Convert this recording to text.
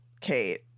Kate